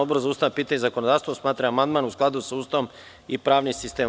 Odbor za ustavna pitanja i zakonodavstvo smatra da je amandman u skladu sa Ustavom i pravnim sistemom.